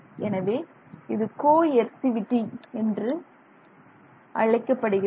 எனவே இது கோஎர்சிவிட்டி என்று அழைக்கப்படுகிறது